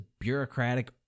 bureaucratic